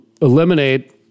eliminate